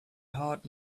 hard